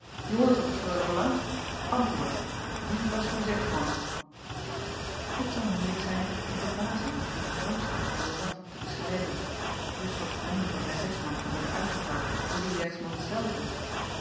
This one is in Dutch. wat de reule verlangt ntwoord wie was uw zegsman et zou moeilijk zijn de verbazing en gramschap van e at te beschrijven dus tot het noemen van zijn zegsman te worden uitgetart door dien zegsman zelven